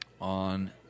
on